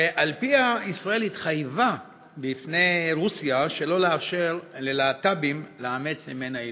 ועל פיה ישראל התחייבה בפני רוסיה שלא לאשר ללהט"בים לאמץ ממנה ילדים.